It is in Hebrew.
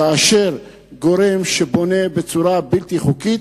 כאשר גורם בונה בצורה בלתי חוקית,